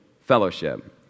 fellowship